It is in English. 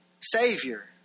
Savior